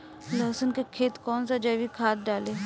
लहसुन के खेत कौन सा जैविक खाद डाली?